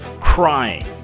crying